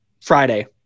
Friday